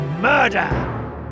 murder